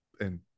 and-